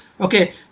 Okay